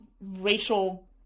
racial